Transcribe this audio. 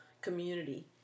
community